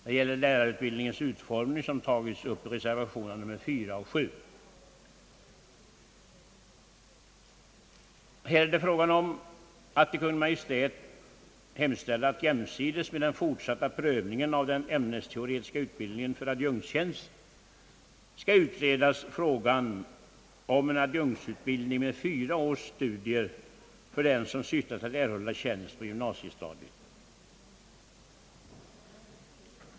Det gäller lärarutbildningens utformning, som tagits upp i reservationerna nr 4 och 7, där man vill till Kungl. Maj:t hemställa om att jämsides med den fortsatta prövningen av ämnesteoretisk utbildning för adjunktstjänst frågan om en adjunktsutbildning med fyra års studier skall utredas för dem som syftar till att erhålla tjänst vid gymnasiet.